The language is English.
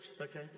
Okay